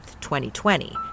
2020